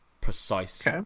precise